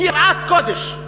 ביראת קודש.